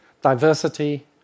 diversity